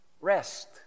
Rest